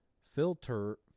filter